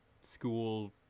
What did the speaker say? School